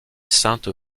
sainte